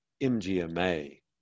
MGMA